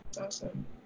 Awesome